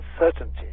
uncertainty